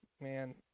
man